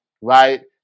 right